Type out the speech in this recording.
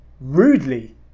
rudely